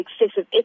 excessive